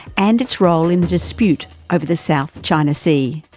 and its role in the dispute over the south china sea.